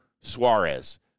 Suarez